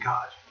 God